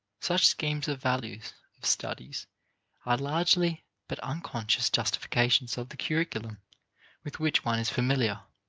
such schemes of values of studies are largely but unconscious justifications of the curriculum with which one is familiar.